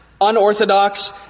unorthodox